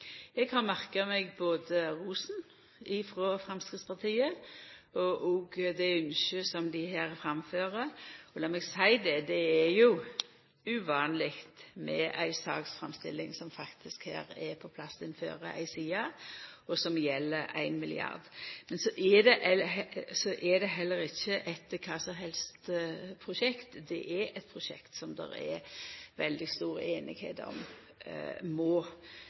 Eg har merka meg rosen frå Framstegspartiet og det ynsket som dei her framfører. Og lat meg seia: Det er uvanleg med ei saksframstilling som får plass på ei side, og som gjeld 1 mrd. kr. Men så er det heller ikkje eit kva som helst prosjekt. Det er eit prosjekt som det er veldig stor semje om må